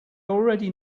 already